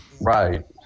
Right